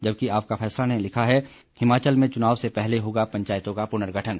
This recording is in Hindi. जबकि आपका फैसला ने लिखा है हिमाचल में चुनाव से पहले होगा पंचायतों का पुनर्गठन